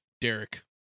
Derek